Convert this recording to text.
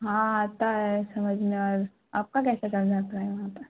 ہاں آتا ہے سمجھ میں اور آپ کا کیسا چل جاتا ہے وہاں پہ